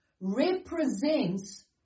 Represents